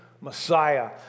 Messiah